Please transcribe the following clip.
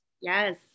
Yes